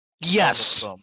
Yes